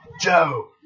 Joe